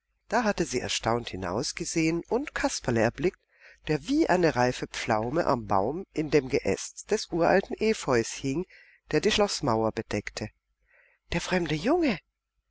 da hatte sie erstaunt hinausgesehen und kasperle erblickt der wie eine reife pflaume am baum in dem geäst des uralten efeus hing der die schloßmauer bedeckte der fremde junge